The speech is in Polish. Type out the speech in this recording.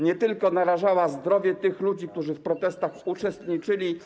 nie tylko narażała zdrowie tych ludzi, którzy w protestach uczestniczyli,